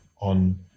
on